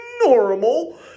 normal